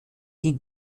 die